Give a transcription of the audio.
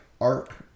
arc